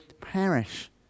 perish